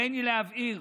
הריני להבהיר,